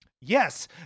Yes